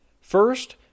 First